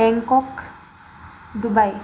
Bangkok Dubai